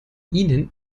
ihnen